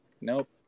Nope